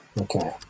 Okay